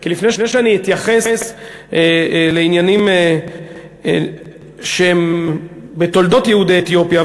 לפני שאני אתייחס לעניינים שהם בתולדות יהודי אתיופיה,